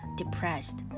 depressed